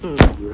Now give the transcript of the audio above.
mm